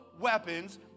weapons